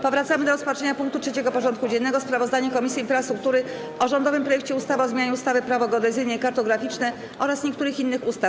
Powracamy do rozpatrzenia punktu 3. porządku dziennego: Sprawozdanie Komisji Infrastruktury o rządowym projekcie ustawy o zmianie ustawy - Prawo geodezyjne i kartograficzne oraz niektórych innych ustaw.